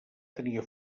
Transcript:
tenia